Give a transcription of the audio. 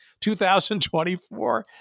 2024